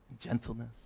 Gentleness